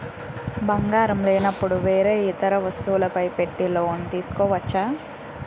బంగారం లేనపుడు వేరే ఇతర వస్తువులు పెట్టి లోన్ తీసుకోవచ్చా?